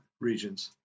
Regions